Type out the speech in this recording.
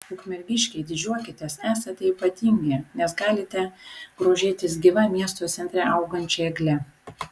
ukmergiškiai didžiuokitės esate ypatingi nes galite grožėtis gyva miesto centre augančia egle